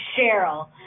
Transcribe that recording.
Cheryl